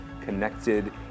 connected